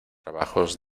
trabajos